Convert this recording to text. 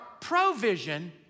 provision